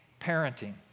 parenting